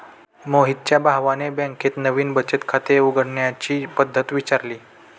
मोहितच्या भावाने बँकेत नवीन बचत खाते उघडण्याची पद्धत विचारली